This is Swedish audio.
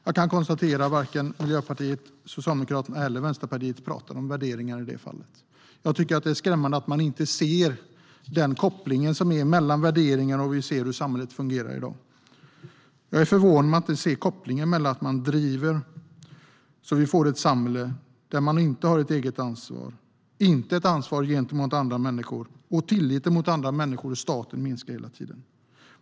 Jag kan konstatera att varken Miljöpartiet, Socialdemokraterna eller Vänsterpartiet pratar om värderingar i det fallet. Jag tycker att det är skrämmande att man inte ser kopplingen mellan värderingar och hur samhället fungerar i dag. Jag är förvånad över att man inte ser kopplingen mellan att driva på så att vi får ett samhälle där människor inte har ett eget ansvar - inte ett ansvar gentemot andra människor - och att tilliten till andra människor och staten minskar hela tiden.